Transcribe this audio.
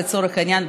לצורך העניין,